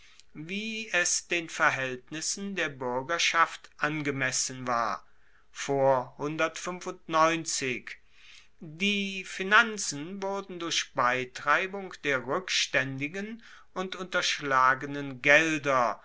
wie es den verhaeltnissen der buergerschaft angemessen war die finanzen wurden durch beitreibung der rueckstaendigen und unterschlagenen gelder